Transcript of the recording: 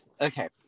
okay